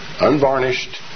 unvarnished